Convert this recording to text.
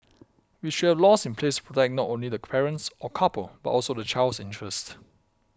we should have laws in place to protect not only the parents or couple but also the child's interest